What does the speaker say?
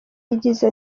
yagize